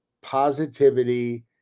positivity